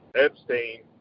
Epstein